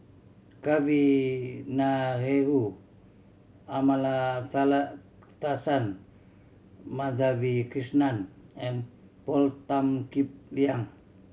Kavignareru Amallathasan Madhavi Krishnan and Paul Tan Kim Liang